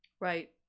right